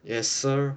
yes sir